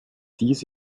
dies